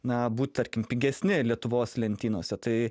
na būt tarkim pigesni lietuvos lentynose tai